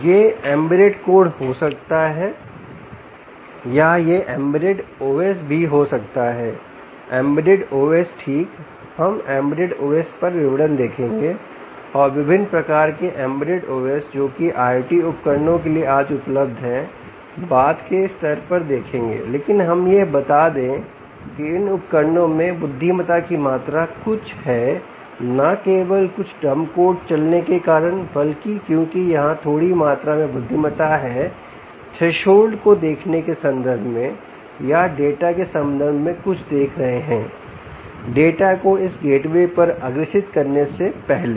यह embedded code हो सकता है या यह एम्बेडेड ओएस भी हो सकता है एम्बेडेड ओएस ठीक हम एम्बेडेड OS पर विवरण देखेंगे और विभिन्न प्रकार के एम्बेडेड OS जोकि IOT उपकरणों के लिए आज उपलब्ध है बाद के स्तर पर देखेंगे लेकिन हम यह बता दें कि इन उपकरणों में बुद्धिमत्ता की मात्रा कुछ है न केवल कुछ डंब कोड चलने के कारण बल्कि क्योंकि यहां थोड़ी मात्रा में बुद्धिमत्ता है थ्रेसहोल्ड को देखने के संदर्भ में या डाटा के संबंध में कुछ देख रहे हैं डाटा को इस गेटवेgateway पर अग्रेषित करने से पहले